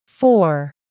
Four